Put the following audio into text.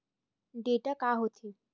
Data का होथे?